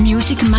Music